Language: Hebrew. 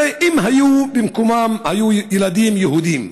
הרי אם במקומם היו ילדים יהודים,